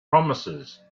promises